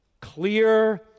clear